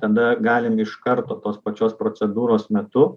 tada galim iš karto tos pačios procedūros metu